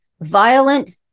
violent